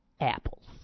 apples